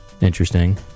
interesting